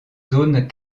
zones